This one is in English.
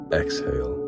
exhale